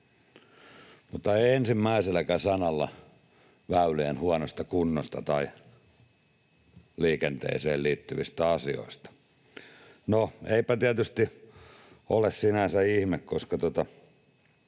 mutta ei ensimmäiselläkään sanalla väylien huonosta kunnosta tai liikenteeseen liittyvistä asioista. No, eipä tietysti ole sinänsä ihme, koska